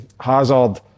Hazard